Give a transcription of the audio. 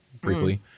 briefly